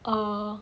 err